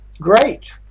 Great